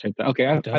Okay